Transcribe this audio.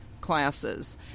classes